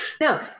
No